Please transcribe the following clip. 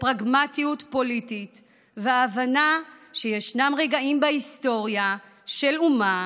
בפרגמטיות פוליטית והבנה שישנם רגעים בהיסטוריה של אומה